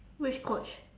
which coach